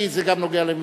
כי זה גם נוגע למשרדך.